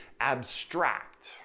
abstract